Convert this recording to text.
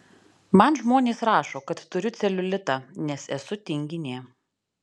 man žmonės rašo kad turiu celiulitą nes esu tinginė